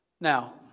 Now